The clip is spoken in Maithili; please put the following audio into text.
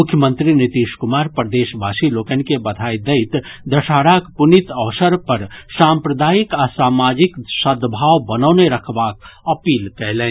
मुख्यमंत्री नीतीश कुमार प्रदेशवासी लोकनि के बधाई दैत दशहराक पुनीत अवसर पर साम्प्रदायिक आ सामाजिक सद्भाव बनौने रखबाक अपील कयलनि